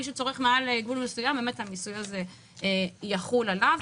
מי שצורך מעל גבול מסוים המיסוי הזה יחול עליו.